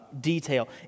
detail